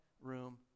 room